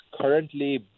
currently